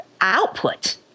output